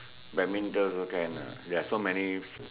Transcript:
badminton also can lah ya so many